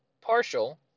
partial